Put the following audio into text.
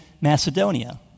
Macedonia